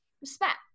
respect